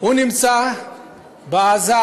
הוא נמצא בעזה.